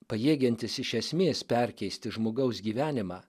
pajėgiantis iš esmės perkeisti žmogaus gyvenimą